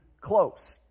close